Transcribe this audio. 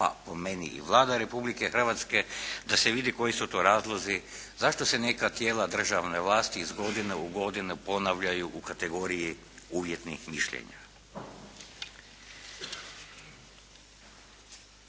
pa po meni i Vlada Republike Hrvatske, da se vidi koji su to razlozi, zašto se neka tijela državne vlasti iz godine u godinu ponavljaju u kategoriji uvjetnih mišljenja.